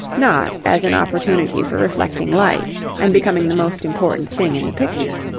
not as an opportunity for reflecting light and becoming the most important thing in the picture.